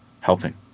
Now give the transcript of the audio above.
helping